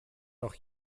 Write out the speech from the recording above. noch